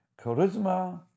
Charisma